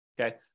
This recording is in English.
Okay